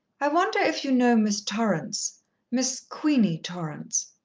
i wonder if you know miss torrance miss queenie torrance?